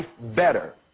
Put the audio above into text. better